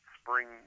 spring